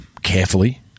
carefully